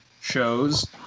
shows